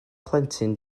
plentyn